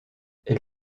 elle